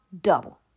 double